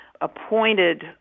appointed